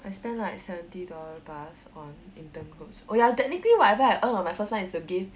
I spend like seventy dollar plus on intern clothes oh ya technically whatever I earn on my first month is to give